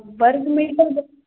वर्ग मीटर